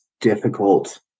difficult